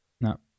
no